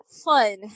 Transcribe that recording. fun